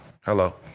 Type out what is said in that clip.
Hello